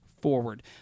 forward